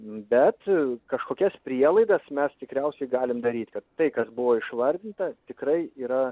bet kažkokias prielaidas mes tikriausiai galim daryti kad tai kad buvo išvardyta tikrai yra